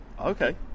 Okay